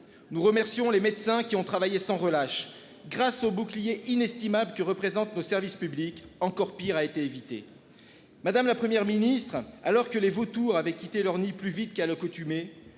Nous remercions les médecins qui ont travaillé sans relâche grâce au bouclier inestimable que représente le services publics encore pire a été évité. Madame, la Première ministre, alors que les vautours avaient quitté leur nid plus vite qu'à le coutume